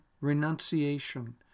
Renunciation